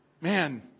Man